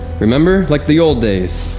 remember like the old days